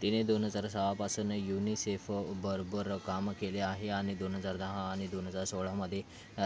तिने दोन हजार सहापासून युनिसेफ बरोबर काम केले आहे आणि दोन हजार दहा आणि दोन हजार सोळामध्ये